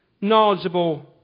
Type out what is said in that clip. knowledgeable